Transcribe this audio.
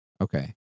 Okay